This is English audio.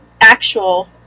actual